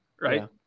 right